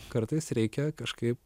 kartais reikia kažkaip